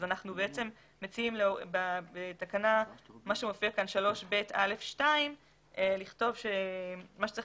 אנחנו מציעים במה שמופיע כאן כ-3ב(א2) לכתוב שמה שצריך